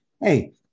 Hey